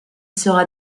sera